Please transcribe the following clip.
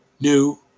new